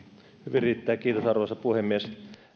riittää kiitos arvoisa puhemies